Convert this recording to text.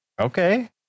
okay